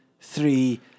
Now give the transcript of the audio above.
three